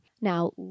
Now